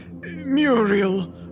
Muriel